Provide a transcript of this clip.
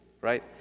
right